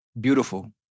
Beautiful